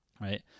right